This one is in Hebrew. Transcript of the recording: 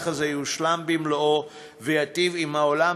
שהמהלך הזה יושלם במלואו וייטיב עם העולם